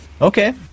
Okay